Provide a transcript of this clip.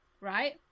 Right